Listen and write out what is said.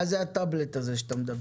מה זה הטאבלט הזה שאתה מדבר עליו?